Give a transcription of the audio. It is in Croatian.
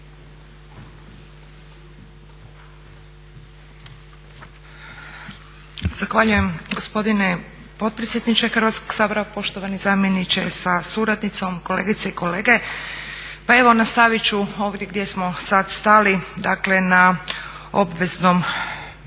Zahvaljujem gospodine potpredsjedniče Hrvatskog sabora. Poštovani zamjeniče sa suradnicom, kolegice i kolege. Pa evo nastavit ću ovdje gdje smo sad stali, dakle na obvezujućem